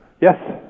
Yes